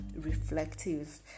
reflective